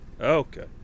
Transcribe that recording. Okay